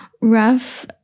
rough